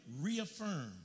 reaffirm